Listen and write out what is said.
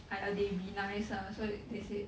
!aiya! they be nice ah so they they said